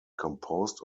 composed